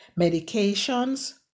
medications